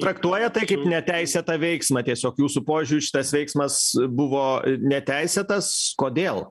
traktuojat tai kaip neteisėtą veiksmą tiesiog jūsų požiūriu šitas veiksmas buvo neteisėtas kodėl